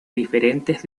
diferentes